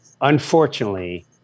Unfortunately